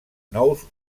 nous